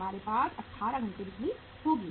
हमारे पास 18 घंटे बिजली होगी